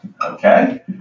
Okay